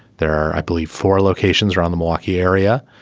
there are i believe four locations around the milwaukee area.